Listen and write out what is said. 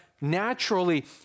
naturally